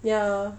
ya